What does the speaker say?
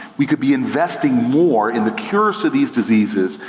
we could be investing more in the cures to these diseases.